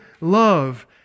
love